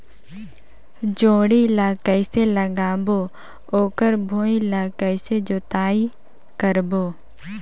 जोणी ला कइसे लगाबो ओकर भुईं ला कइसे जोताई करबो?